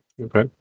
Okay